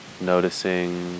Noticing